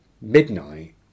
Midnight